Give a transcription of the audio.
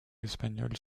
espagnoles